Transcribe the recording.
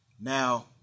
Now